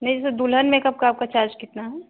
नहीं जैसे दुल्हन मेकअप का आपका चार्ज कितना है